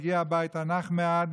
הוא מגיע הביתה, נח מעט.